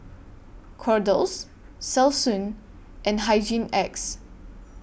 Kordel's Selsun and Hygin X